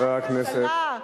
חבר הכנסת.